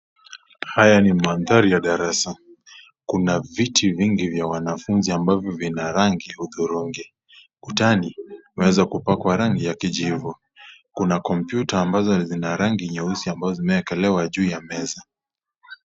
Haya ni manthari ya darasa. Kuna viti vingi vya wanafunzi ambavyo vina rangi hudhurungi. Kutani, kumeweza kupakwa rangi ya kijivu. Kuna kompyuta ambazo zina rangi nyeusi ambazo zimewekelewa juu ya meza.